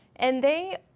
and they,